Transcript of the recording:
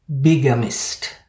Bigamist